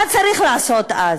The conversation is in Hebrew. מה צריך לעשות אז?